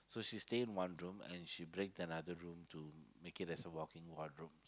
so she stay in one room and she break another room to make as a walk in wardrobes